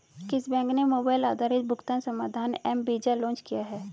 किस बैंक ने मोबाइल आधारित भुगतान समाधान एम वीज़ा लॉन्च किया है?